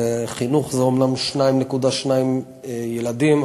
חינוך זה אומנם 2.2 מיליון ילדים,